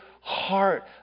heart